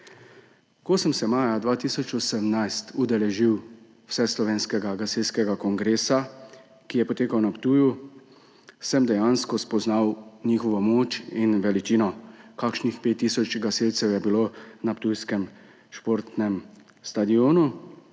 Ko sem se maja 2018 udeležil vseslovenskega gasilskega kongresa, ki je potekal na Ptuju, sem dejansko spoznal njihovo moč in veličino. Kakšnih 5 tisoč gasilcev je bilo na ptujskem športnem stadionu.